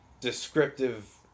descriptive